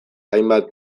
hainbat